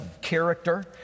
character